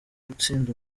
gutsinda